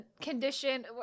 condition